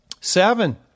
Seven